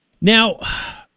Now